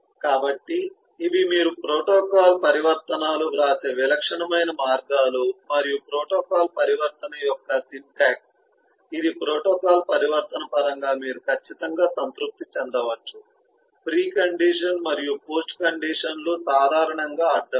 కాబట్టి ఇవి మీరు ప్రోటోకాల్ పరివర్తనాలు వ్రాసే విలక్షణమైన మార్గాలు మరియు ప్రోటోకాల్ పరివర్తన యొక్క సింటాక్స్ ఇది ప్రోటోకాల్ పరివర్తన పరంగా మీరు ఖచ్చితంగా సంతృప్తి చెందవచ్చు ప్రీ కండిషన్ మరియు పోస్ట్ కండిషన్ లు సాధారణంగా అడ్డంకులు